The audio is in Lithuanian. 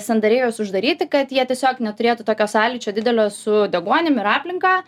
sandariai uždaryti kad jie tiesiog neturėtų tokio sąlyčio didelio su deguonimi ir aplinka